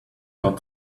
got